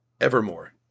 Evermore